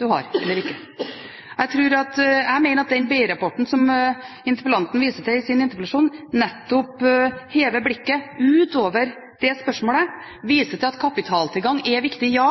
Jeg mener at den BI-rapporten som interpellanten viser til i sin interpellasjon, nettopp hever blikket utover det spørsmålet, viser til at kapitaltilgang er viktig, ja,